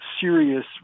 serious